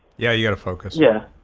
yeah, you gotta focus. yeah.